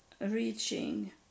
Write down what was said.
reaching